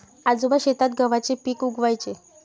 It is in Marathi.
आजोबा शेतात गव्हाचे पीक उगवयाचे